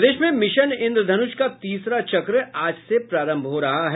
प्रदेश में मिशन इंद्रधनुष का तीसरा चक्र आज से प्रारम्भ हो रहा है